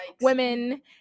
Women